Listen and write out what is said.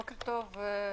בוקר טוב לכולם.